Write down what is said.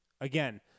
Again